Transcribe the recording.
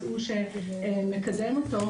זהו,